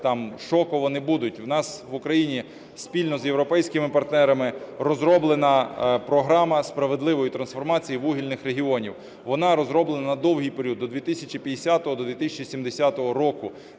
там шоково не будуть. У нас в Україні спільно з європейськими партнерами розроблена програма справедливої трансформації вугільних регіонів. Вона розроблена на довгий період, до 2050-2070 років,